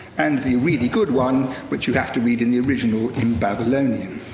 and the really good one, which you have to read in the original in babylonian.